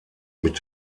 mit